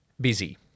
busy